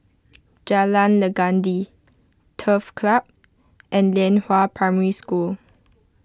Jalan Legundi Turf Club and Lianhua Primary School